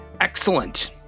Excellent